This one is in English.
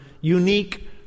unique